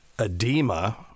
edema